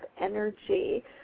energy